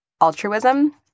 altruism